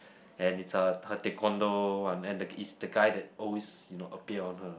and it's her her taekwondo one and the it's the guy that always you know appear on her